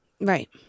Right